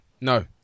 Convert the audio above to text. No